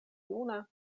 juna